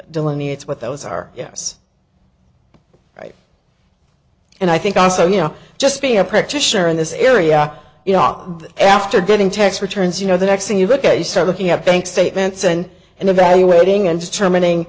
delineates what those are yes right and i think also you know just being a practitioner in this area you know after getting tax returns you know the next thing you look at you start looking at bank statements and and evaluating and determining